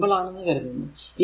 ഇത് സിമ്പിൾ ആണെന്ന് കരുതുന്നു